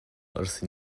wrth